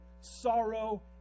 sorrow